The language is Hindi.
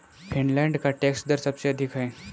फ़िनलैंड का टैक्स दर सबसे अधिक है